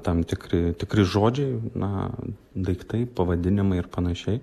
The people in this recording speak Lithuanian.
tam tikri tikri žodžiai na daiktai pavadinimai ir panašiai